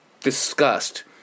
disgust